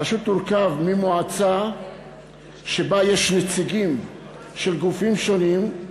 הרשות תורכב ממועצה שבה יש נציגים של גופים שונים,